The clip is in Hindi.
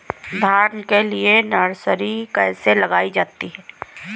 धान के लिए नर्सरी कैसे लगाई जाती है?